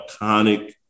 iconic